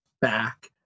back